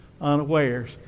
unawares